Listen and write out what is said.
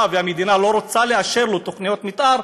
והמדינה לא רוצה לאשר לו תוכניות מתאר,